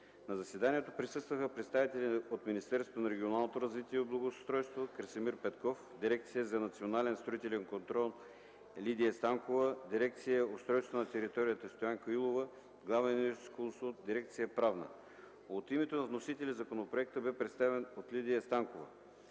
На заседанието присъстваха представители от Министерство на регионалното развитие и благоустройството: Красимир Петков – Дирекция „Национален строителен контрол”, Лидия Станкова – дирекция „Устройство на територията”, Стоянка Илова – главен юрисконсулт в дирекция „Правна”. От името на вносителя законопроектът бе представен от Лидия Станкова.